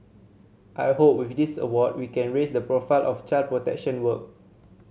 I hope with this award we can raise the profile of child protection work